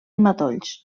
matolls